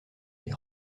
les